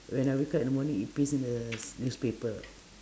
when I wake up in the morning it appears in the newspaper